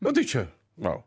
nu tai čia na